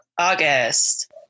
august